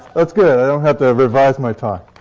that's good. i don't have to revise my talk.